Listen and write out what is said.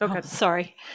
Sorry